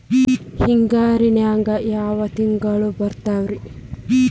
ಹಿಂಗಾರಿನ್ಯಾಗ ಯಾವ ತಿಂಗ್ಳು ಬರ್ತಾವ ರಿ?